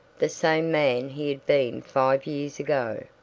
the same man he had been five years ago,